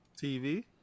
TV